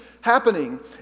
happening